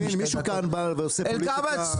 מישהו כאן עושה פוליטיקה פסולה מאוד.